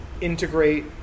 integrate